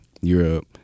Europe